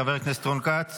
חבר הכנסת רון כץ